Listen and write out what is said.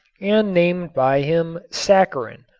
and named by him saccharin.